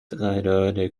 قرار